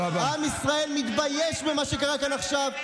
עם ישראל מתבייש במה שקרה כאן עכשיו.